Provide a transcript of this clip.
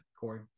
Corey